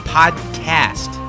podcast